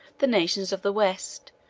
the nations of the west,